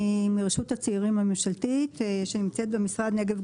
אני מרשות הצעירים הממשלתית שנמצאת במשרד נגב,